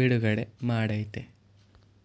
ಬಿಡುಗಡೆ ಮಾಡಯ್ತೆ